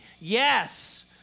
Yes